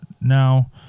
now